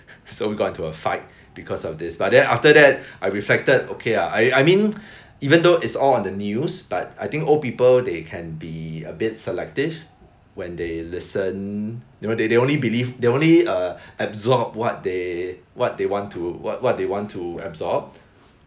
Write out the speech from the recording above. so we got into a fight because of this but then after that I reflected okay lah I I mean even though it's all on the news but I think old people they can be a bit selective when they listen you know they they only believe they only uh absorb what they what they want to what what they want to absorb